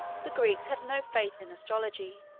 the greeks had no faith in astrology.